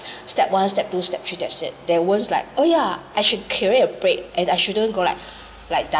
step one step two step three that's it they always like oh yeah I should carry a break and I shouldn't go like like